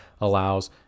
allows